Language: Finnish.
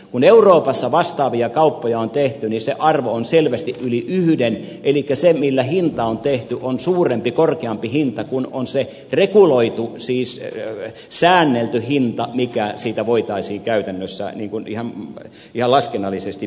kun euroopassa vastaavia kauppoja on tehty niin se arvo on selvästi yli yhden elikkä se millä hinta on tehty on suurempi korkeampi hinta kuin on se reguloitu siis säännelty hinta mikä siitä voitaisiin käytännössä ihan laskennallisesti periä